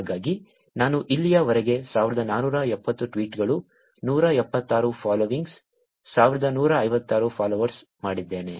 ಹಾಗಾಗಿ ನಾನು ಇಲ್ಲಿಯವರೆಗೆ 1470 ಟ್ವೀಟ್ಗಳು 176 ಫಾಲೋವಿಂಗ್ಸ್ 1156 ಫಾಲೋವರ್ಸ್ ಮಾಡಿದ್ದೇನೆ